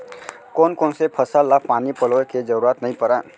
कोन कोन से फसल ला पानी पलोय के जरूरत नई परय?